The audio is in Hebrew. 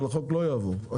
אבל החוק לא יעבור.